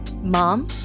Mom